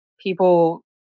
people